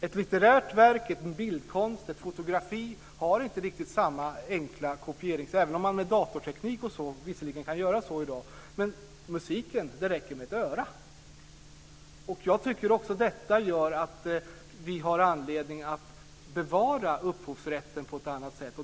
Ett litterärt verk, bildkonst, ett fotografi kan inte kopieras på riktigt samma enkla sätt, även om man med datorteknik visserligen kan göra det i dag. Men för musiken räcker det med ett öra. Jag tycker att också detta gör att vi har anledning att bevara upphovsrätten på ett annat sätt.